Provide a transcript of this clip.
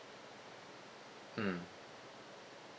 mm